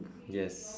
yes